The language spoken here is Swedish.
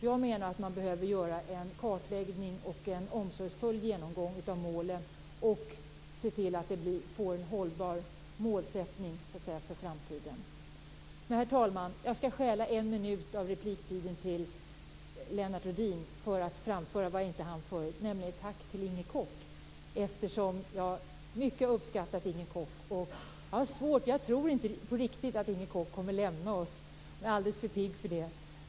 Jag menar att man behöver göra en kartläggning och en omsorgsfull genomgång av målen och se till att det blir en hållbar målsättning för framtiden. Herr talman! Jag skall stjäla en minut av repliktiden till Lennart Rohdin för att framföra vad jag inte hann förut, nämligen ett tack till Inger Koch. Jag har mycket uppskattat Inger Koch. Jag tror inte på riktigt att Inger Koch kommer att lämna oss - hon är alldeles för pigg för det.